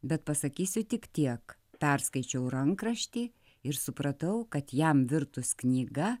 bet pasakysiu tik tiek perskaičiau rankraštį ir supratau kad jam virtus knyga